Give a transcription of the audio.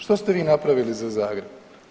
Šta ste vi napravili za Zagreb?